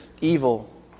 evil